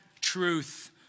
truth